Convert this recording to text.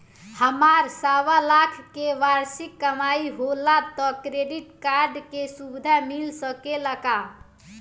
हमार सवालाख के वार्षिक कमाई होला त क्रेडिट कार्ड के सुविधा मिल सकेला का?